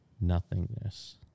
nothingness